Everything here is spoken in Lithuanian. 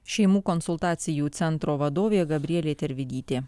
šeimų konsultacijų centro vadovė gabrielė tervidytė